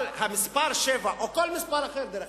אבל המספר 7, או כל מספר אחר, אגב,